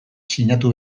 sinatu